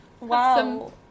Wow